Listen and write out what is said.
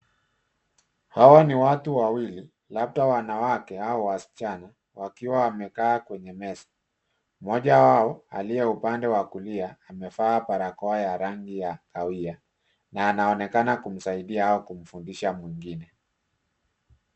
Hawa ni watu wawili labda wanawake au wasichana wakiwa wamekaa kwenye meza. Moja wao aliye upande wa kulia amevaa barakoa ya rangi ya kawia na anaonekana kumsaidia au kumfundisha mwingine.